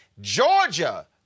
Georgia